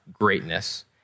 greatness